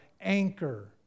anchor